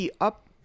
up